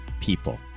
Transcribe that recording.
people